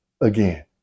again